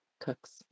cooks